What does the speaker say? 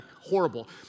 horrible